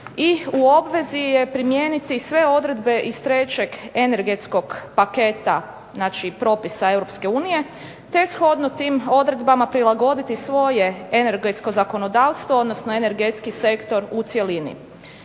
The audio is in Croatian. i u obvezi je primijeniti sve odredbe iz trećeg energetskog paketa, znači propisa Europske unije te shodno tim odredbama prilagoditi svoje energetsko zakonodavstvo, odnosno energetski sektor u cjelini.